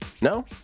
No